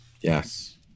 Yes